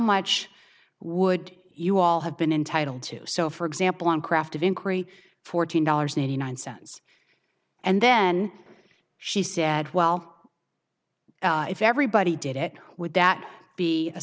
much would you all have been entitled to so for example on craft of inquiry fourteen dollars ninety nine cents and then she said well if everybody did it would that be a